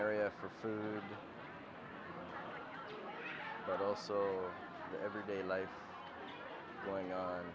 area for food but also everyday life going on